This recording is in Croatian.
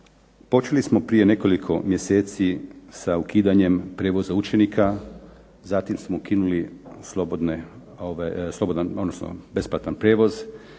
počeli smo prije nekoliko mjeseci sa ukidanjem prijevoza učenika, zatim smo ukinuli slobodan,